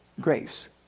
grace